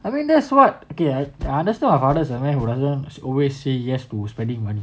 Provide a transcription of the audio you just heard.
I mean that's what okay I I understand my father is a man who doesn't always say yes to spending money